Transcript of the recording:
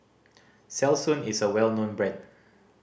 Selsun is a well known brand